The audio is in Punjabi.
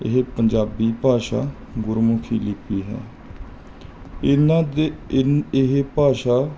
ਇਹ ਪੰਜਾਬੀ ਭਾਸ਼ਾ ਗੁਰਮੁਖੀ ਲਿਪੀ ਹੈ ਇਹਨਾਂ ਦੇ ਇਹ ਇਹ ਭਾਸ਼ਾ